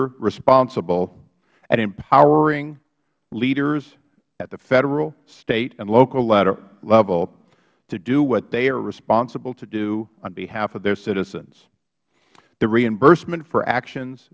r responsible and empowering leaders at the federal state and local level to do what they are responsible to do on behalf of their citizens the reimbursement for actions